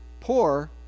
poor